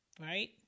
right